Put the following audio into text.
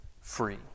free